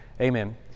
amen